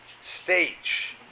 stage